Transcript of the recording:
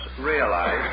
realize